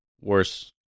worse